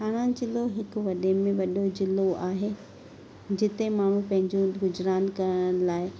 थाणा जिलो हिक वॾे में वॾो जिलो आहे जिते माण्हू पंहिंजो गुज़रान करण लाइ